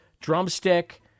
drumstick